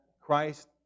Christ